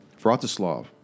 Vratislav